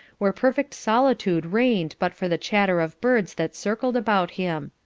where perfect solitude reigned but for the chatter of birds that circled about him.